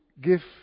give